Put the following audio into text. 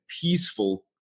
peaceful